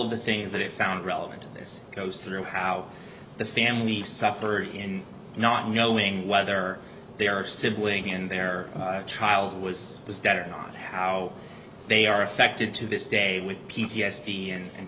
of the things that it found relevant to this goes through how the family suffer in not knowing whether they are sibling in their child was this dead or not how they are affected to this day with p t s d and